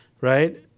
right